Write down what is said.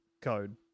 code